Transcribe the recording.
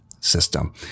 system